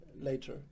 later